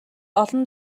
олон